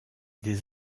des